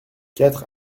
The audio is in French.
quatre